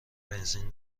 بنزین